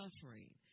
suffering